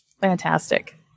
Fantastic